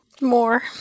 More